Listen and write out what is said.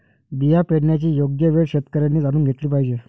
बिया पेरण्याची योग्य वेळ शेतकऱ्यांनी जाणून घेतली पाहिजे